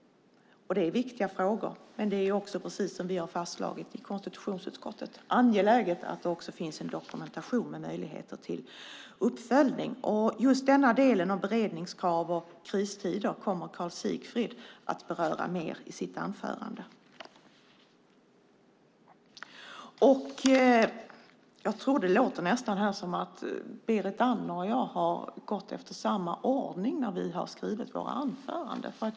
Det är viktiga frågor, men det är också, precis som vi i konstitutionsutskottet har fastslagit, angeläget att det finns en dokumentation och möjligheter till uppföljning. Den här delen om beredningskrav och kristider kommer Karl Sigfrid att beröra mer i sitt anförande. Det låter nästan som om Berit Andnor och jag har gått efter samma ordning när vi har skrivit våra anföranden.